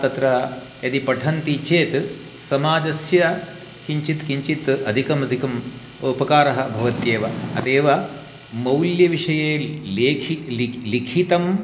तत्र यदि पठन्ति चेत् समाजस्य किञ्चित् किञ्चित् अधिकम् अधिकम् उपकारः भवत्येव अतः एव मौल्यविषये लिखितं